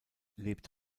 lebt